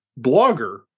Blogger